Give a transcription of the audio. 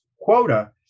quota